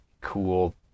cool